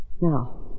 Now